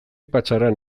patxaran